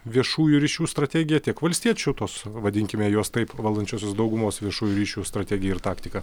viešųjų ryšių strategiją tiek valstiečių tos vadinkime juos taip valdančiosios daugumos viešųjų ryšių strategiją ir taktiką